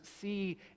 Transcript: see